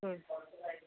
ഉം